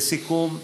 לסיכום,